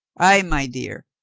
ay, my dear,